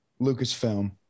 Lucasfilm